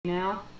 now